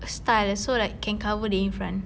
style so like can cover the in front